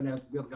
אסביר.